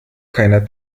keiner